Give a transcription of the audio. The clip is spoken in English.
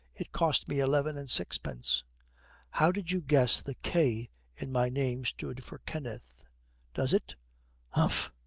it cost me eleven and sixpence how did you guess the k in my name stood for kenneth does it umpha.